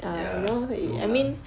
ya true lah